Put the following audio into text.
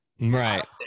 Right